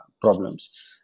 problems